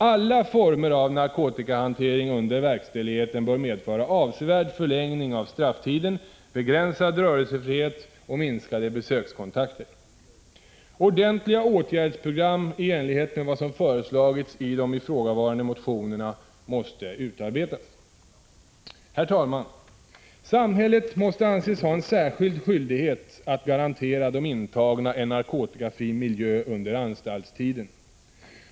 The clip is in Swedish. Alla former av narkotikahantering under verkställigheten bör medföra avsevärd förlängning av strafftiden, begränsad rörelsefrihet och minskade besökskontakter. Ordentliga åtgärdsprogram i enlighet med vad som föreslagits i de ifrågavarande motionerna måste utarbetas. Herr talman! Samhället måste anses ha en särskild skyldighet att garantera de intagna en narkotikafri miljö under anstaltstiden.